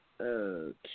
okay